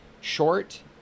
short